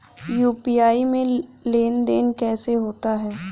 UPI में लेनदेन कैसे होता है?